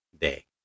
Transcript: day